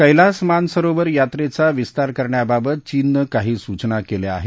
क्विस मानसरोवर यात्रेचा विस्तार करण्याबाबत चीननं काही सूचना केल्या आहेत